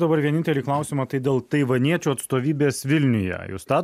dabar vienintelį klausimą tai dėl taivaniečių atstovybės vilniuje jūs tą